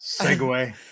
segue